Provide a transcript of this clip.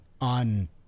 on